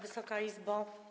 Wysoka Izbo!